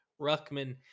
Ruckman